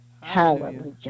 Hallelujah